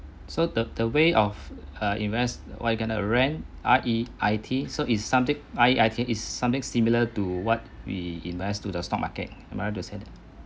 so the the way of err invest what you call rent R E I T so it's something R E I T it's something similar to what we invest to the stock market am I right to say that